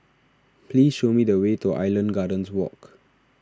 please show me the way to Island Gardens Walk